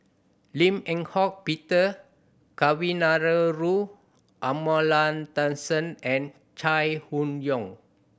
Lim Eng Hock Peter Kavignareru Amallathasan and Chai Hon Yoong